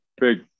Big